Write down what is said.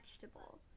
vegetable